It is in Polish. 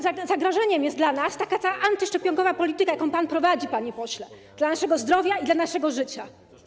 Zagrożeniem jest dla nas antyszczepionkowa polityka, jaką pan prowadzi, panie pośle, dla naszego zdrowia i dla naszego życia.